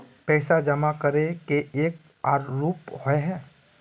पैसा जमा करे के एक आर रूप होय है?